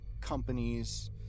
companies